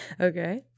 Okay